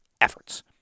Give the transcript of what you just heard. efforts